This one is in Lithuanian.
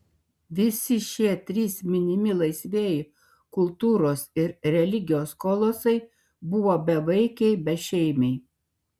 visi šie trys minimi laisvieji kultūros ir religijos kolosai buvo bevaikiai bešeimiai